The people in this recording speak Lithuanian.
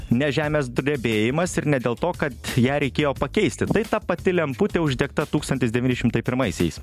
ne žemės drebėjimas ir ne dėl to kad ją reikėjo pakeisti tai ta pati lemputė uždegta tūkstantis devyni šimtai pirmaisiais